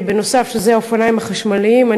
וזה האופניים החשמליים.